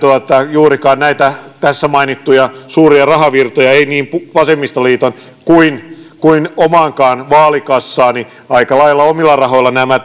juurikaan näitä tässä mainittuja suuria rahavirtoja ei niin vasemmistoliiton kuin kuin omaankaan vaalikassaani aika lailla omilla rahoilla nämä